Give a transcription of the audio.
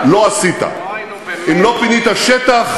עשית, עשית: הסתת,